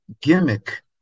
gimmick